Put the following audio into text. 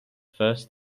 first